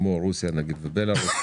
כמו רוסיה ובלארוס,